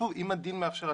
שוב, אם הדין מאפשר.